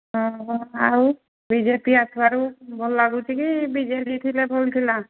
ହଁ ହଁ ଆଉ ବି ଜେ ପି ଆସିବାରୁ ଭଲ ଲାଗୁଛି କି ବି ଜେ ଡ଼ି ଥିଲେ ଭଲ ଥିଲା